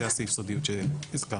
זה הסעיף סודיות שהזכרנו.